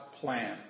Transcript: plan